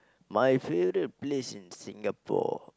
my favourite place in Singapore